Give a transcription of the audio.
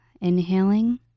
Inhaling